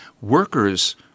workers